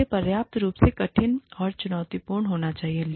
इसे पर्याप्त रूप से कठिन और चुनौती पूर्ण होना चाहिए